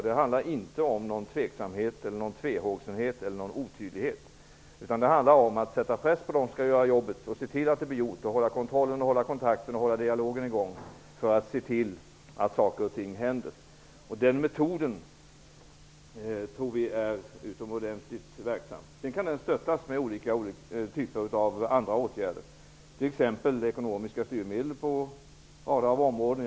Det handlar inte om någon tveksamhet, någon tvehågsenhet eller någon otydlighet, utan det handlar om att sätta press på dem som utför jobbet, att hålla kontrollen och kontakten och att hålla dialogen i gång för att se till att saker och ting händer. Den metoden tror vi är utomordentligt verksam. Sedan kan den stöttas med olika andra åtgärder, t.ex. ekonomiska styrmedel på rader av områden.